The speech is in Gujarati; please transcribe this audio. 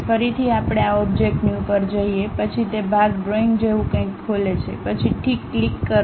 ફરીથી આપણે આ ઓબ્જેક્ટ ન્યૂ પર જઈએ પછી તે ભાગ ડ્રોઇંગ જેવું કંઈક ખોલે છે પછી ઠીક ક્લિક કરો